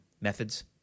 methods